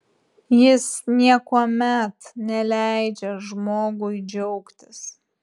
jis niekuomet neleidžia žmogui džiaugtis